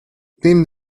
neben